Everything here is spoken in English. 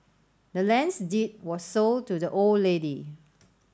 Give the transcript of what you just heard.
the land's deed was sold to the old lady